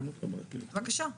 בבקשה.